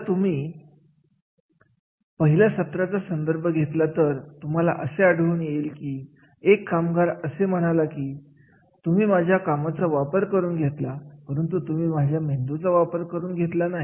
जर तुम्ही पहिल्या सत्राचा संदर्भ घेतला तर तुम्हाला असे आढळून येईल की एक कामगार असे म्हणाला की तुम्ही माझ्या कामाचा वापर करून घेतला परंतु तुम्ही माझ्या मेंदूचा वापर करून घेतला नाही